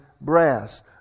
brass